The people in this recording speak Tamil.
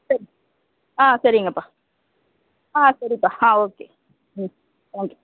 சரி ஆ சரிங்கப்பா ஆ சரிப்பா ஆ ஓகே ம் தேங்க்கியூ